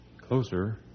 Closer